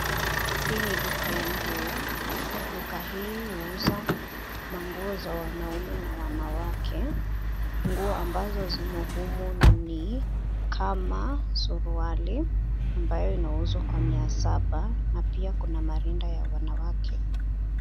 Hii ni duka ya nguo. Duka hii huuza manguo za wanaume na wanawake. Nguo ambazo zimo humu ni kama suruali, ambayo inauzwa kwa mia saba, na pia kuna marinda ya wanawake.